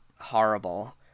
Horrible